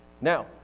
Now